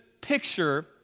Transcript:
picture